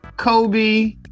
Kobe